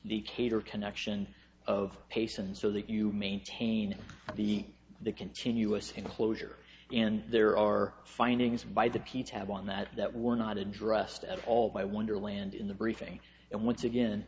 caterer connection of patients so that you maintain the continuous enclosure and there are findings by the p tab on that that were not addressed at all by wonderland in the briefing and once again